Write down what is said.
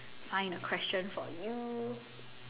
find a question for you